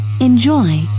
enjoy